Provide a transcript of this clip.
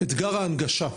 אתגר ההנגשה.